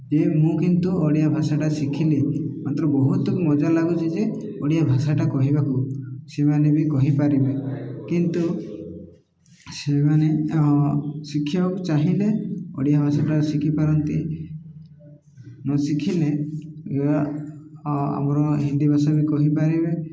ଯେ ମୁଁ କିନ୍ତୁ ଓଡ଼ିଆ ଭାଷାଟା ଶିଖିଲି ମାତ୍ର ବହୁତ ମଜା ଲାଗୁଛି ଯେ ଓଡ଼ିଆ ଭାଷାଟା କହିବାକୁ ସେମାନେ ବି କହିପାରିବେ କିନ୍ତୁ ସେମାନେ ଶିଖିବାକୁ ଚାହିଁଲେ ଓଡ଼ିଆ ଭାଷାଟା ଶିଖିପାରନ୍ତି ନ ଶିଖିଲେ ଆମର ହିନ୍ଦୀ ଭାଷା ବି କହିପାରିବେ